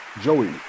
joey